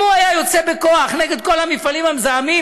אם הוא היה יוצא בכוח נגד כל המפעלים המזהמים,